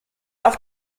auf